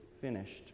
finished